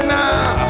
now